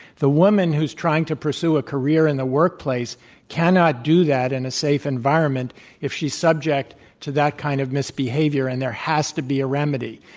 the woman who's trying to pursue a career in the workplace cannot do that in and a safe environment if she's subject to that kind of misbehavior. and there has to be a remedy.